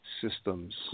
Systems